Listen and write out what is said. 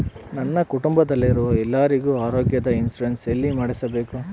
ನನ್ನ ಕುಟುಂಬದಲ್ಲಿರುವ ಎಲ್ಲರಿಗೂ ಆರೋಗ್ಯದ ಇನ್ಶೂರೆನ್ಸ್ ಎಲ್ಲಿ ಮಾಡಿಸಬೇಕು?